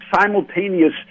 simultaneous